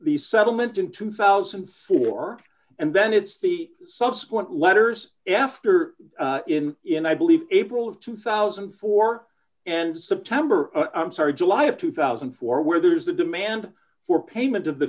the settlement in two thousand and four and then it's the subsequent letters after in in i believe april of two thousand and four and september i'm sorry july of two thousand and four where there's a demand for payment of the